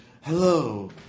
hello